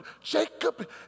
Jacob